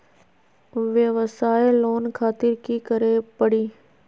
वयवसाय लोन खातिर की करे परी?